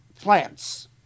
plants